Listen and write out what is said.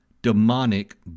Demonic